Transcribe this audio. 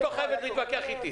וצריך לומר שהוא מוגדר כקו חירום.